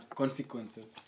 consequences